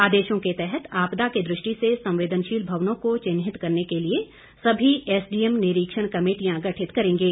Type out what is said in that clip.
आदेशों के तहत आपदा की दृष्टि से संवेदनशील भवनों को चिन्हित करने के लिए सभी एसडीएम निरीक्षण कमेटियां गठित करेंगे